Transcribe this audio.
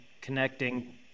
connecting